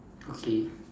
okay